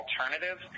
alternative